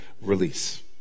release